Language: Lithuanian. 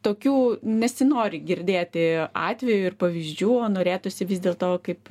tokių nesinori girdėti atvejų ir pavyzdžių o norėtųsi vis dėlto kaip